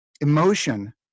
emotion